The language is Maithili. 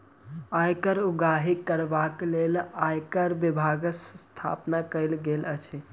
आयकर उगाही करबाक लेल आयकर विभागक स्थापना कयल गेल अछि